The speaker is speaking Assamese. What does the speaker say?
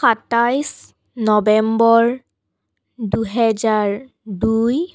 সাতাইছ নৱেম্বৰ দুহেজাৰ দুই